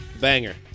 Banger